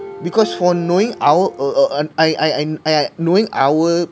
because for knowing our uh uh and I I I knowing our